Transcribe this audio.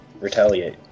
Retaliate